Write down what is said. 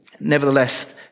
nevertheless